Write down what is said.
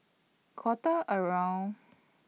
Quarter around